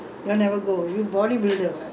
very weak